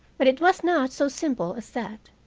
but it was not so simple as that.